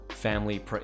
family